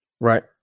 Right